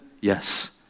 Yes